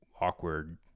awkward